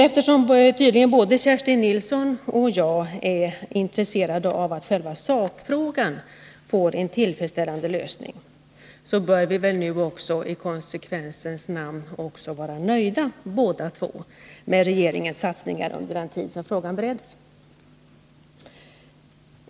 Eftersom tydligen både Kerstin Nilsson och jag är intresserade av att själva sakfrågan får en tillfredsställande lösning, bör vi väl nu i konsekvensens namn också båda två vara nöjda med regeringens satsningar under den tid då frågan bereddes.